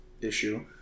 issue